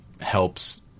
helps